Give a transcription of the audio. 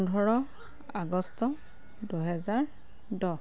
পোন্ধৰ আগষ্ট দুহেজাৰ দহ